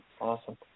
Awesome